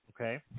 Okay